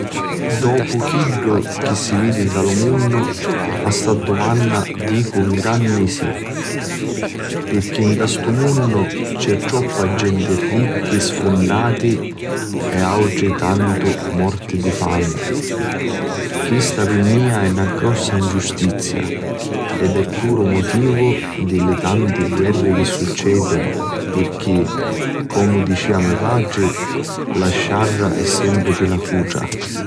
Dopu chiddu chi si vidi nta lu munnu, a sta dumanna dicu un granni SI! Pirchì nta stu munnu c'è troppu genti ricchi sfunnati e autri tantu morti di fami. Chista pi mia è na grossa ngiustizia ed è puru mutivu di li tanti guerri chi succedinu pirchì, comu dicia me patri, la sciarra è sempri pi la cutra.